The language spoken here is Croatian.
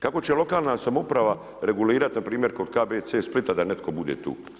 Kako će lokalna samouprava regulirat npr. kod KBC Splita da netko bude tu?